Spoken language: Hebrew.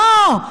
לא.